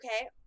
okay